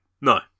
No